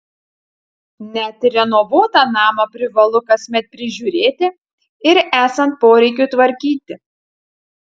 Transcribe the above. net ir renovuotą namą privalu kasmet prižiūrėti ir esant poreikiui tvarkyti